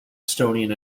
estonian